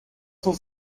cent